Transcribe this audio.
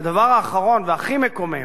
והדבר האחרון והכי מקומם,